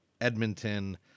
Edmonton